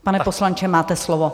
Pane poslanče, máte slovo.